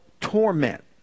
torment